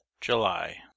july